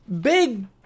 Big